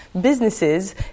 businesses